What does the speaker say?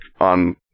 on